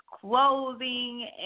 clothing